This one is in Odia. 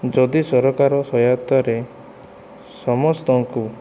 ଯଦି ସରକାର ସହାୟତାରେ ସମସ୍ତଙ୍କୁ